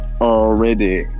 already